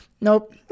Nope